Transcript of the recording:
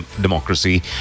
democracy